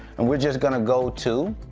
and we're just gonna go to